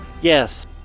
Yes